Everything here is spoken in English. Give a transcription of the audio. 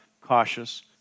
cautious